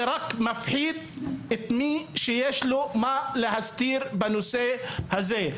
זה רק מפחיד את מי שיש לו מה להסתיר בנושא הזה,